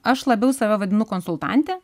aš labiau save vadinu konsultante